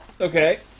Okay